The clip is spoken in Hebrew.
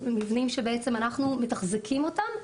מבנים שבעצם אנחנו מתחזקים אותם,